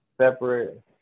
separate